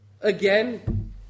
again